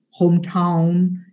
hometown